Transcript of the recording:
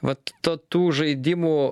vat to tų žaidimų